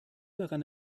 daran